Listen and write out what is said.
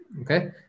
okay